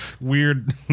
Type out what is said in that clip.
weird